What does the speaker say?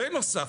בנוסף,